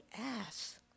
ass